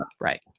right